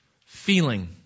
feeling